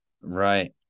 right